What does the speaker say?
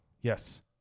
Yes